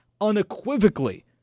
unequivocally